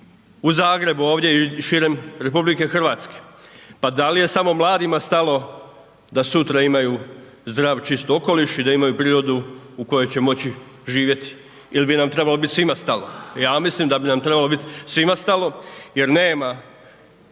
u Zagrebu ovdje i širom RH. Pa da li je samo mladima stalo da sutra imaju zdrav, čisti okoliš i da imaju prirodu u kojoj će moći živjeti ili bi nam trebalo biti svima stalo? Ja mislim da bi nam trebalo biti svima stalo jer nema